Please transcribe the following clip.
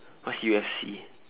what's U_F_C